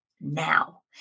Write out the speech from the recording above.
now